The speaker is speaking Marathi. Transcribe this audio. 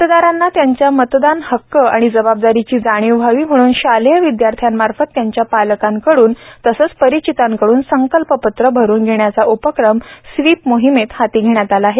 मतदारांना त्यांच्या मतदान हक्क आणि जबाबदारीची जाणीव व्हावी म्हणून शालेय विद्यार्थ्यामार्फत त्याच्या पालकांकडून तसेच परिचितांकडून संकल्पपत्र भरून घेण्याचा उपक्रम स्वीप मोहिमेत हाती घेण्यात आला आहे